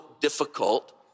difficult